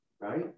right